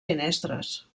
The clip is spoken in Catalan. finestres